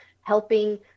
helping